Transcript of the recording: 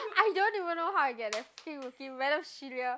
I don't even know how I get the feel with you